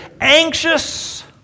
anxious